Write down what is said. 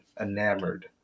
enamored